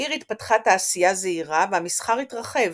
בעיר התפתחה תעשייה זעירה, והמסחר התרחב.